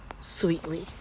sweetly